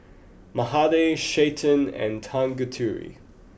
Mahade Chetan and Tanguturi